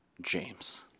James